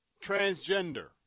transgender